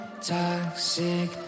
toxic